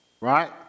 Right